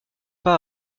pas